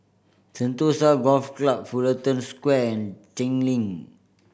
Sentosa Golf Club Fullerton Square and Cheng Lim